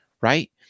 Right